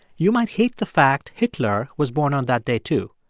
you might hate the fact hitler was born on that day too.